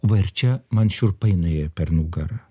va ir čia man šiurpai nuėjo per nugarą